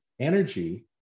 energy